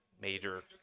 major